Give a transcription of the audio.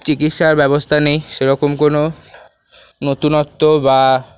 চিকিৎসার ব্যবস্থা নেই সেরকম কোনো নতুনত্ব বা